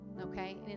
Okay